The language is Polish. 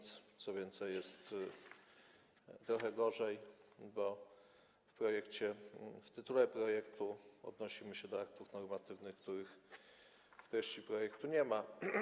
Co więcej, jest trochę gorzej, bo w tytule projektu odnosimy się do aktów normatywnych, których w treści projektu nie ma.